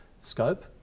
scope